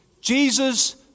Jesus